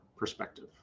perspective